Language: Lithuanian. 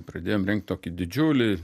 pradėjom rengt tokį didžiulį